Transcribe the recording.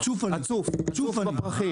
הצוף, הצוף בפרחים.